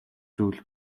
зүйл